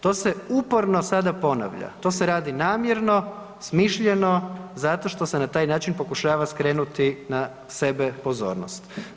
To se uporno sada ponavlja, to se radi namjerno, smišljeno zato što se na taj način pokušava skrenuti na sebe pozornost.